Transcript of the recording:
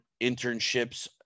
internships